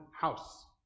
house